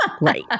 Right